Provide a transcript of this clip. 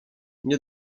nie